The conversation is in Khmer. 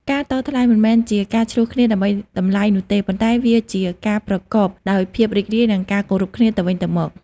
ការតថ្លៃមិនមែនជាការឈ្លោះគ្នាដើម្បីតម្លៃនោះទេ ប៉ុន្តែវាជាការប្រកបដោយភាពរីករាយ និងការគោរពគ្នាទៅវិញទៅមក។